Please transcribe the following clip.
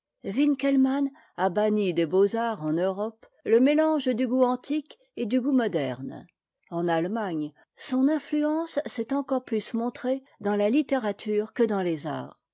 winckelmann a banni des beaux-arts en europe le mélange du goût antique et du goût moderne en allemagne son influence s'est encore plus montrée dans la littérature que dans les arts